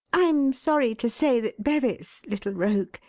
i am sorry to say that bevis, little rogue,